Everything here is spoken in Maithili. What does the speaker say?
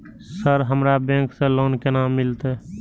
सर हमरा बैंक से लोन केना मिलते?